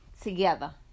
together